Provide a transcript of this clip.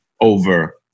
over